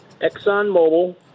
ExxonMobil